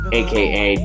aka